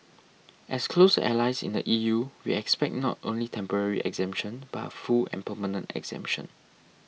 as close allies in the E U we expect not only temporary exemption but a full and permanent exemption